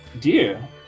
dear